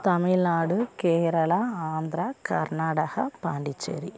Tamil Nadu Kerala Andhra Karnataka Pondicherry